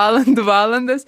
valandų valandas